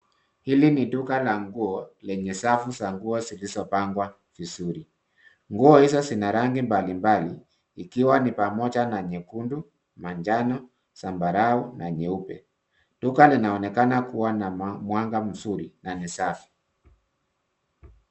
Hili ni duka la nguo lenye safu za nguo zilizopangwa vizuri. Nguo hizo zina rangi mbalimbali ikiwa ni pamoja na nyekundu ,majani, zambarau na nyeupe. Duka linaonekana kuwa na mwanga mzuri na ni safi.